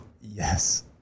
Yes